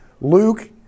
Luke